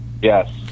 Yes